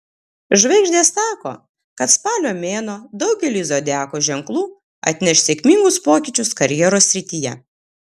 žvaigždės sako kad spalio mėnuo daugeliui zodiako ženklų atneš sėkmingus pokyčius karjeros srityje